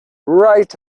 right